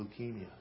leukemia